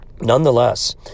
Nonetheless